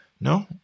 No